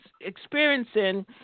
experiencing